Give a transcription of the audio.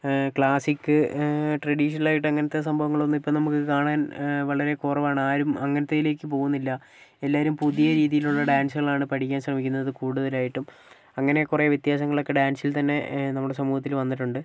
classic ട്രഡിഷണലായിട്ട് അങ്ങനത്തെ സംഭവങ്ങളൊക്കെ ഇപ്പൊൾ നമ്മക്ക് കാണാൻ വളരെ കുറവാണ് ആരും അങ്ങനത്തേലേക്ക് പോകുന്നില്ല എല്ലാവരും പുതിയ രീതികളിലുള്ള ഡാൻസുകളാണ് പഠിക്കാൻ ശ്രമിക്കുന്നത് കൂടുതലായിട്ടും അങ്ങനെ കുറെ വ്യത്യാസങ്ങളൊക്കെ ഡാൻസിൽ തന്നെ നമ്മുടെ സമൂഹത്തിൽ വന്നിട്ടുണ്ട്